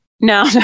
No